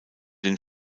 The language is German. den